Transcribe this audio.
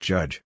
Judge